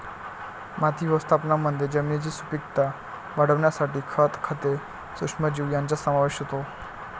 माती व्यवस्थापनामध्ये जमिनीची सुपीकता वाढवण्यासाठी खत, खते, सूक्ष्मजीव यांचा समावेश होतो